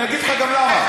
אני אגיד לך גם למה.